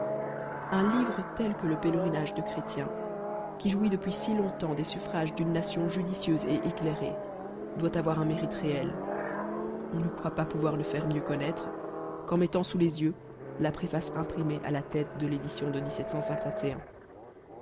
un livre tel que le pélcrioagi de chrétien qui jouit depuis si lor temps des suffrages diode nation judicieuse et éclairée doit avoir un méritr réel on ne croi pas pouvoir le faire mienx counaltre qu'en mettant sous les yeux la préface imprimée ida ilîle de l'éditioq de